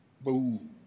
Boom